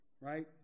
right